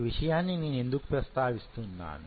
ఈ విషయాన్ని నేను ఎందుకు ప్రస్తావిస్తున్నను